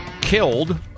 killed